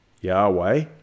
Yahweh